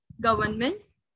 governments